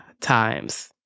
times